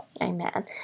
Amen